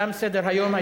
תם סדר-היום.